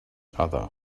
other